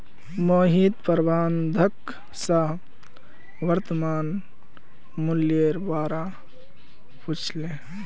मोहित प्रबंधक स वर्तमान मूलयेर बा र पूछले